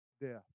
death